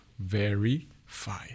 verify